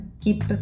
keep